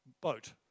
boat